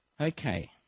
Okay